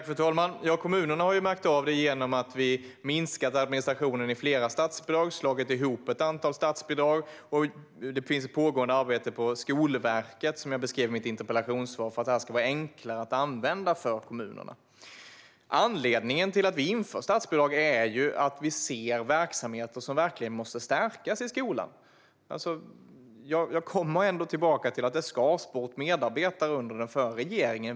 Fru talman! Kommunerna har märkt av det genom att vi har minskat administrationen i flera statsbidrag och slagit ihop ett antal statsbidrag. Som jag beskrev i mitt interpellationssvar pågår ett arbete på Skolverket för att det här ska vara enklare att använda för kommunerna. Anledningen till att vi inför statsbidrag är ju att vi ser verksamheter som verkligen måste stärkas i skolan. Jag kommer ändå tillbaka till att det skars bort medarbetare under den förra regeringen.